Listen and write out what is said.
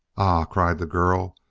cried the girl,